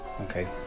Okay